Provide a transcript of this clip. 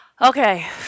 Okay